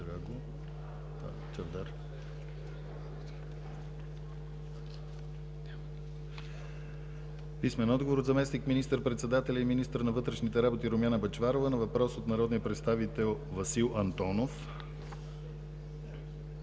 писмен отговор от заместник министър-председателя и министър на вътрешните работи Румяна Бъчварова на въпрос от народния представител Васил Антонов;